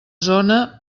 zona